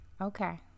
Okay